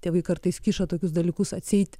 tėvai kartais kiša tokius dalykus atseit